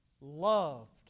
loved